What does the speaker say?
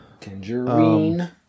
Tangerine